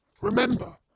Remember